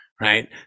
Right